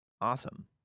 awesome